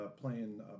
playing